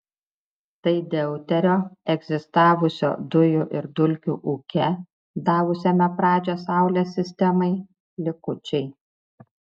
tai deuterio egzistavusio dujų ir dulkių ūke davusiame pradžią saulės sistemai likučiai